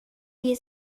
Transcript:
wir